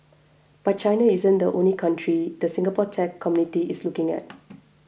but China isn't the only country the Singapore tech community is looking at